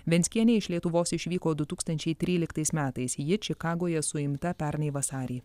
venckienė iš lietuvos išvyko du tūkstančiai tryliktais metais ji čikagoje suimta pernai vasarį